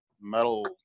metal